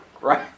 Right